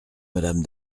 madame